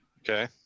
okay